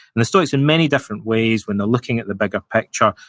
the stoics, in many different ways, when they're looking at the bigger picture,